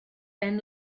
ben